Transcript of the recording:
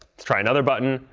let's try another button.